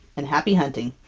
and happy hunting!